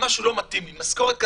משהו לא מתאים לי כי עם משכורת כזאת,